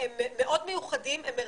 מאוד מיוחדים, הם מרתקים.